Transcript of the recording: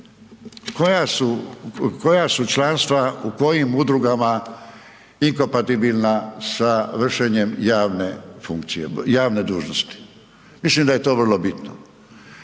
koja su članstva, u kojim udrugama inkompatibilna sa vršenjem javne funkcije, javne dužnosti, mislim da je to vrlo bitno